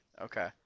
Okay